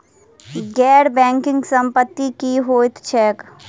गैर बैंकिंग संपति की होइत छैक?